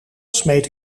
smeet